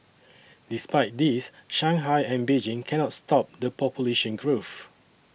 despite this Shanghai and Beijing cannot stop the population growth